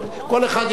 כל אחד יגיע.